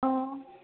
अ